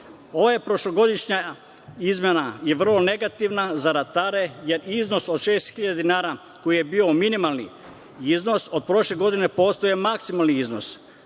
prošlogodišnja izmena je vrlo negativna za ratare jer iznos od 6.000 dinara koji je bio minimalni iznos od prošle godine postaje maksimalni iznos.